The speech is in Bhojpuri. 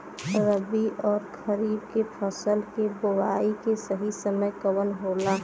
रबी अउर खरीफ के फसल के बोआई के सही समय कवन होला?